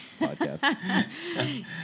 podcast